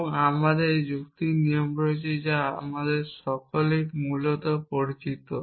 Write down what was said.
এবং আমাদের এই যুক্তির নিয়ম রয়েছে যা আমরা সকলেই মূলত পরিচিত